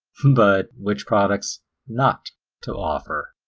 but which products not to offer.